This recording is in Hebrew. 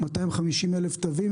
250 אלף תווים,